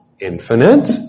infinite